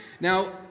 Now